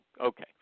Okay